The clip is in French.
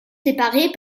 séparées